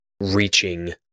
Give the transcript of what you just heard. reaching